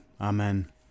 Amen